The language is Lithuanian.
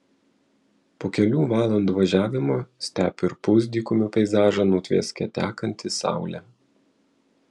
po kelių valandų važiavimo stepių ir pusdykumių peizažą nutvieskė tekanti saulė